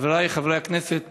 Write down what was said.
חבריי חברי הכנסת